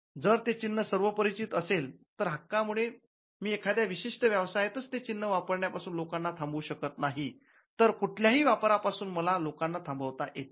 जर ते चिन्ह सर्व परिचित असेल तरहक्कामुळे मी एखाद्या विशिष्ट व्यवसायातच ते चिन्ह वापरण्यापासून लोकांना थांबवू शकत नाही तर कुठल्याही वापरा पासून मला लोकांना थांबवता येते